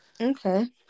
Okay